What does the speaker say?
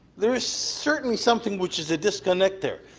there is certainly something which is a disconnect there.